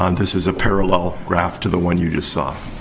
um this is a parallel graph to the one you just saw.